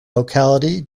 locality